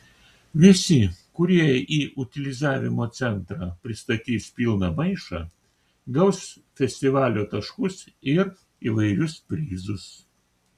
visi kurie į utilizavimo centrą pristatys pilną maišą gaus festivalio taškus ir įvairius prizus